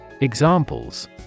Examples